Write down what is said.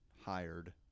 hired